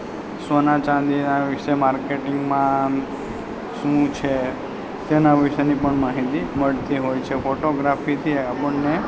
સોના ચાંદીના વિષે માર્કેટિંગમાં શું છે તેના વિષેની પણ માહિતી મળતી હોય છે ફોટોગ્રાફીથી આપણને